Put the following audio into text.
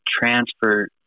transfer